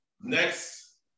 next